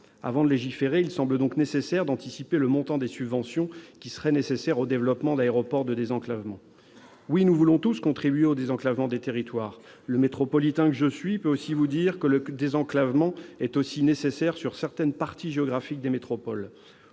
Avant de légiférer, il conviendrait d'anticiper le montant des subventions qui seraient nécessaires au développement d'aéroports de désenclavement. Oui, nous voulons tous contribuer au désenclavement des territoires. Le métropolitain que je suis peut vous dire que le désenclavement est également nécessaire sur certaines parties géographiques des métropoles.